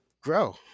grow